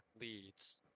leads